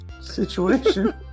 situation